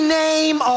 name